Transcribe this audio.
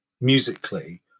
musically